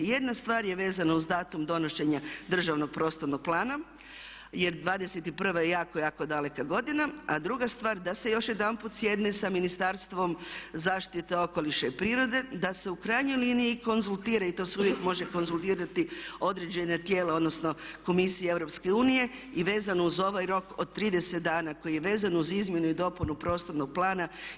Jedna stvar je vezana uz datum donošenja državnog prostornog plana jer 21 je jako, jako daleka godina a druga stvar da se još jedanput sjedne sa Ministarstvom zaštite okoliša i prirode da se u krajnjoj liniji konzultira i to se uvijek može konzultirati određena tijela odnosno komisija EU i vezano uz ovaj rok od 30 dana koji je vezan uz izmjenu i dopunu prostornog plana.